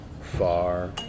far